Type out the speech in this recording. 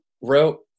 wrote